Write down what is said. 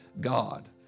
God